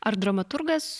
ar dramaturgas